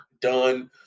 done